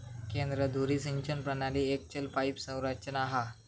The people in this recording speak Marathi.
केंद्र धुरी सिंचन प्रणाली एक चल पाईप संरचना हा